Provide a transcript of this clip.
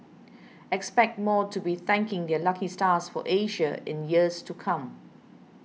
expect more to be thanking their lucky stars for Asia in years to come